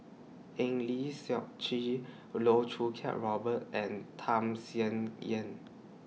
Eng Lee Seok Chee Loh Choo Kiat Robert and Tham Sien Yen